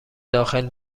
داخل